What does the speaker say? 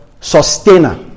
sustainer